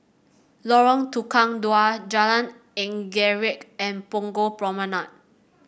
Lorong Tukang Dua Jalan Anggerek and Punggol Promenade